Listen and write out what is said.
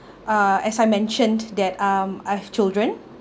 uh as I mentioned that um I have children